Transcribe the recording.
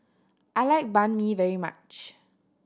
I like Banh Mi very much